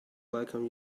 welcome